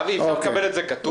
אבי, נקבל את זה כתוב?